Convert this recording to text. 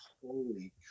Holy